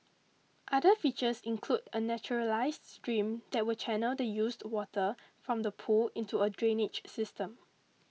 other features include a naturalised stream that will channel the used water from the pool into a drainage system